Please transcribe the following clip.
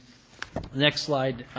next slide